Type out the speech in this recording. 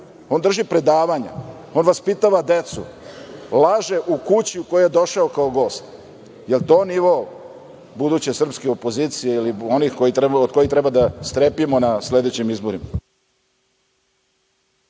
On drži predavanja, on vaspitava decu. Laže u kući u koju je došao kao gost. Da li je to nivo buduće srpske opozicije ili onih od kojih treba da strepimo na sledećim izborima?